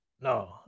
No